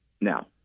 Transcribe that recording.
Now